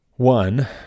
One